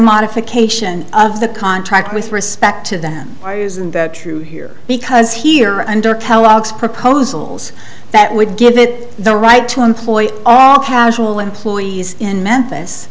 modification of the contract with respect to then why isn't that true here because here under kellogg's proposals that would give it the right to employ all casual employees in memphis